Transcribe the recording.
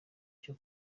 cyo